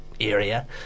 Area